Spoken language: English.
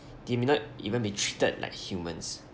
they may not even be treated like humans